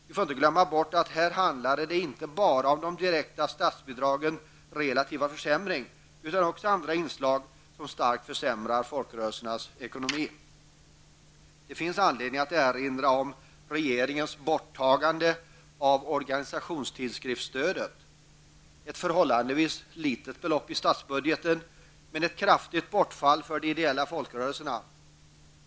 Vi får inte glömma bort att det här inte bara handlar om de direkta statsbidragens relativa försämring utan också om andra inslag som starkt försämrar folkrörelsernas ekonomi. Det finns anledning att erinra om regeringens borttagande av organisationstidskriftsstödet. Det rörde sig om ett förhållandevis litet belopp i statsbudgeten, men ett kraftigt bortfall för de ideella folkrörelserna.